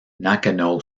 nakano